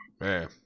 Man